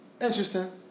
Interesting